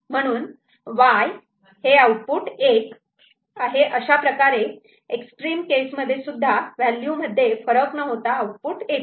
म्हणून Y 1 अशाप्रकारे extreme case मध्ये सुद्धा व्हॅल्यू मध्ये फरक न होता आउटपुट येते